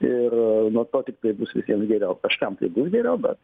ir nuo to tiktai bus visiem geriau kažkam tai bus geriau bet